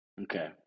Okay